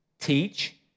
teach